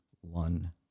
one